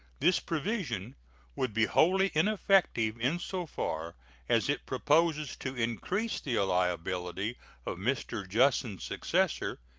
this provision would be wholly ineffective in so far as it proposes to increase the liability of mr. jussen's successor,